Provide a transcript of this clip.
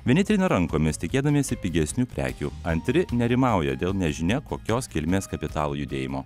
vieni trina rankomis tikėdamiesi pigesnių prekių antri nerimauja dėl nežinia kokios kilmės kapitalo judėjimo